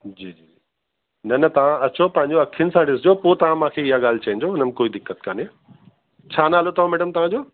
जी जी जी न न तव्हां अचो पंहिंजी अखियुंनि सां ॾिसजो पोइ तव्हां मूंखे हीअ ॻाल्हि चइजो हुन में कोई दिक़तु कोन्हे छा नालो अथव मैडम तव्हांजो